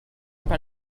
pas